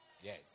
Yes